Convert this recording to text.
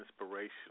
inspirational